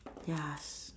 ya s~